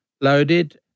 loaded